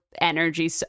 energy